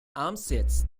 amtssitz